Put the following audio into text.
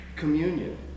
Communion